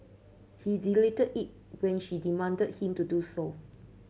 he deleted it when she demanded him to do so